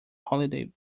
holiday